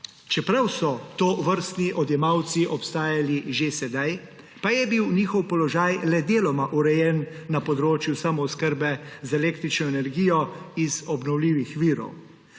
Čeprav so tovrstni odjemalci obstajali že sedaj, pa je bil njihov položaj le deloma urejen na področju samooskrbe z električno energijo iz obnovljivih virov.